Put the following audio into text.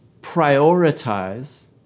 prioritize